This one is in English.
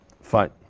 Fine